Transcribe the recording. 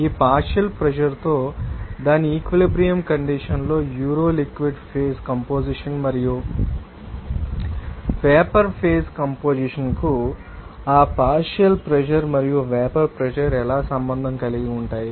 ఈ partial pressure తో దాని ఈక్వలెబ్రియంకండీషన్ లో యూరో లిక్విడ్ ఫేజ్ కంపొజిషన్ మరియు వేపర్ ఫేజ్ కంపొజిషన్ కు ఆ పార్షియల్ ప్రెషర్ మరియు వేపర్ ప్రెషర్ ఎలా సంబంధం కలిగి ఉంటాయి